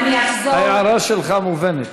ההערה שלך מובנת.